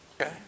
Okay